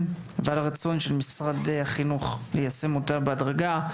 ועל הרצון של משרד החינוך ליישם אותה בהדרגה.